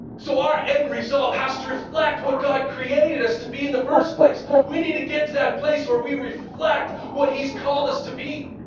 so our end result has to reflect what god created us to be in the first place. we need to get to that place where we reflect what he's called us to be.